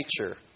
nature